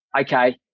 okay